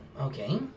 okay